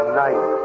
night